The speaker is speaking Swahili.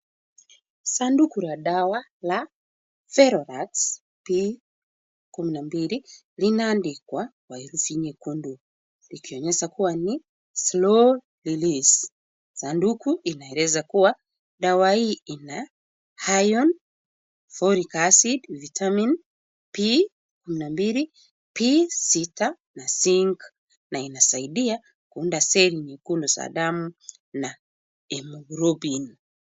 Sanduku la dawa la ferolux p kumi na mbili linaandikwa kwa izi nyekundu ikionyesha kuwa ni slow release . Dandumu inaeleza kuwa dawa hii ina iron, folic acid vitamin p kumi na mbili,p sita, na zinc na inasaidia kuunda seli nyekundu za damu na haemoglobin.